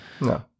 No